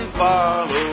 follow